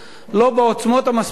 לא בעוצמות מספיקות.